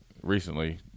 recently